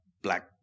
Black